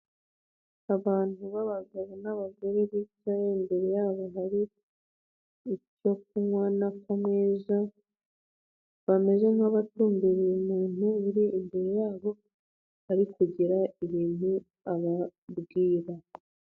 Abantu b'abagabo n'abagore bicaye, imbere yabo hari icyo kunywa no ku meza, bameze nk'abatumbiriye muntu uri imbere yabo ari kugira ibintu ababwira.